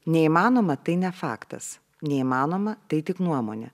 neįmanoma tai ne faktas neįmanoma tai tik nuomonė